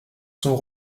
son